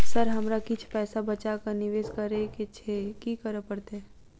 Sir हमरा किछ पैसा बचा कऽ निवेश करऽ केँ छैय की करऽ परतै?